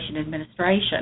administration